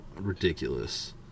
ridiculous